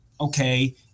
Okay